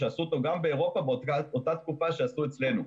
עשו אותו באירופה באותה תקופה שעשו אצלנו.